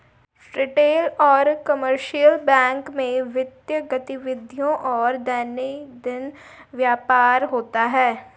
retail और commercial bank में वित्तीय गतिविधियों और दैनंदिन व्यापार होता है